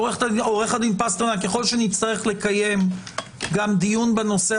עו"ד פסטרנק, ככל שנצטרך לקיים דיון בנושא